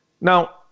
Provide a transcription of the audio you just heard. Now